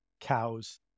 cows